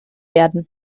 werden